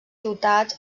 ciutats